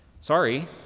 Sorry